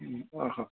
आं हां